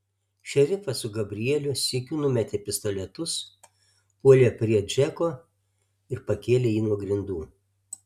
šerifas su gabrielių sykiu numetė pistoletus puolė prie džeko ir pakėlė jį nuo grindų